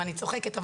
אני צוחקת,